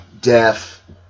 Death